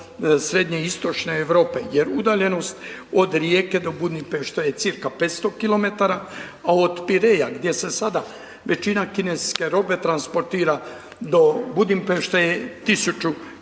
srednjoistočne Europe. Jer, udaljenost od Rijeke do Budimpešte je cirka 500 km, a od Pireja, gdje se sada većina kineske robe transportira do Budimpešte je 1000 km.